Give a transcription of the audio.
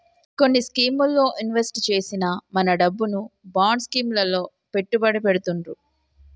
కొన్ని స్కీముల్లో ఇన్వెస్ట్ చేసిన మన డబ్బును బాండ్ స్కీం లలో పెట్టుబడి పెడతుర్రు